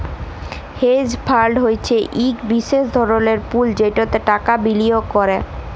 hedge fund হছে ইক বিশেষ ধরলের পুল যেটতে টাকা বিলিয়গ ক্যরে